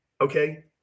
Okay